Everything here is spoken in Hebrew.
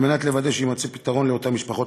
לוודא שיימצא פתרון לאותן משפחות.